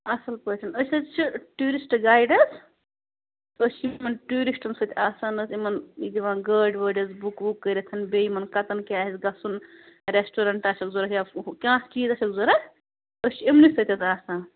اَصٕل پٲٹھۍ أسۍ حظ چھِ ٹیوٗرِسٹ گایِڈ حظ أسۍ چھِ یِمَن ٹیوٗرِسٹَن سۭتۍ آسان حظ یِمَن یہِ دِوان گٲڑۍ وٲڑۍ حظ بُک وُک کٔرِتھ بیٚیہِ یِمَن کَتَن کیٛاہ آسہِ گژھُن رٮ۪سٹورٮ۪نٛٹ آسٮ۪س ضوٚرَتھ یا کانٛہہ چیٖز آسیو ضوٚرَتھ أسۍ چھِ یِمنٕے سۭتۍ حظ آسان